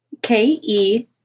K-E